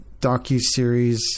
docuseries